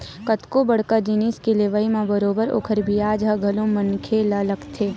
कतको बड़का जिनिस के लेवई म बरोबर ओखर बियाज ह घलो मनखे ल लगथे